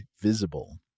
Visible